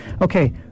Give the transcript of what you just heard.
Okay